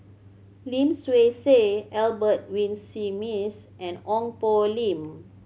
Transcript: Lim Swee Say Albert Winsemius and Ong Poh Lim